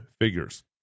figures